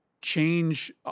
change